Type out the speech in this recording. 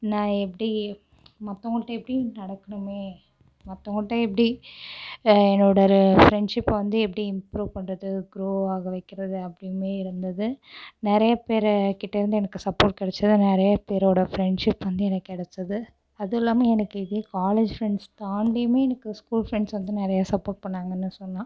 நான் எப்படி மற்றவங்கள்ட்ட எப்படி நடக்கணுமே மற்றவங்கள்ட்ட எப்படி என்னோடய ஃப்ரெண்ட்ஷிப்பை வந்து எப்படி இம்ப்ரூவ் பண்றது குரோ ஆக வைக்கிறது அப்படின்னே இருந்தது நிறைய பேருகிட்டேருந்து எனக்கு சப்போர்ட் கிடச்சிது நிறைய பேரோடய ஃப்ரெண்ட்ஷிப் வந்து எனக்கு கிடச்சிது அதுவும் இல்லாமல் எனக்கு இதே காலேஜ் ஃப்ரெண்ட்ஸ் தாண்டியுமே எனக்கு ஸ்கூல் ஃப்ரெண்ட்ஸ் வந்து நிறையா சப்போர்ட் பண்ணாங்கன்னு சொல்லலாம்